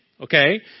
okay